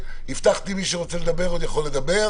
הבטחתי שמי רוצה לדבר יכול לדבר.